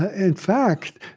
ah in fact,